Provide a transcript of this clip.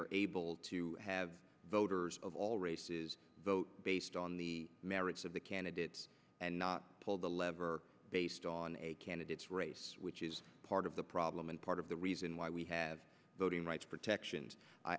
are able to have voters of all races vote based on the merits of the candidate and not pull the lever based on a candidates race which is part of the problem and part of the reason why we have voting rights protections i